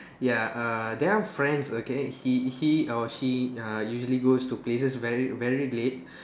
ya err there are friends okay he he or she uh usually goes to places very very late